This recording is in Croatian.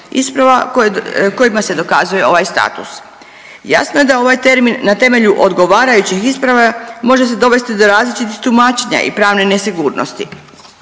isprava koje, kojima se dokazuje ovaj status. Jasno je da ovaj termin na temelju odgovarajućih isprava može se dovesti do različitih tumačenja i pravne nesigurnosti.